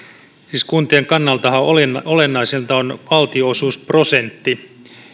siis kuntien kannaltahan olennaisinta on valtionosuusprosentti